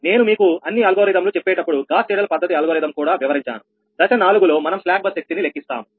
నేను మీకు అన్ని అల్గోరిథం లు చెప్పేటప్పుడు గాస్ సీడెల్ పద్ధతి అల్గోరిథం కూడా వివరించాను దశ 4 లో మనం స్లాక్ బస్ శక్తిని లెక్కిస్తాము